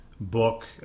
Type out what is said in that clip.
book